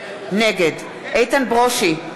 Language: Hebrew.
נגד איתן ברושי,